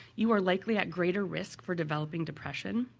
you are likely at greater risk for developing depression.